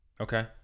Okay